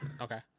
Okay